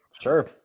Sure